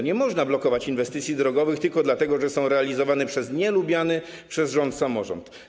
Nie można blokować inwestycji drogowych tylko dlatego, że są realizowane przez nielubiany przez rząd samorząd.